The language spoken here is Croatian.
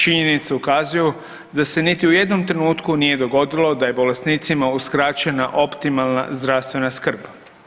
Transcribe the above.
Činjenice ukazuju da se niti u jednom trenutku nije dogodilo da je bolesnicima uskraćena optimalna zdravstvena skrb.